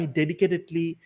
dedicatedly